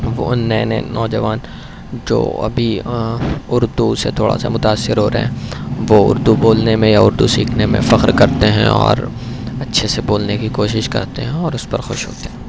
وہ نئے نئے نوجوان جو ابھی اردو سے تھوڑا سا متاثر ہو رہے ہیں وہ اردو بولنے میں یا اردو سیکھنے میں فخر کرتے ہیں اور اچھے سے بولنے کی کوشش کرتے ہیں اور اس پر خوش ہوتے ہیں